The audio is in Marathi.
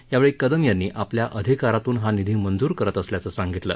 यावेळी कदम यांनी आपल्या अधिकारातून हा निधी मंजूर करत असल्याचं सांगितलं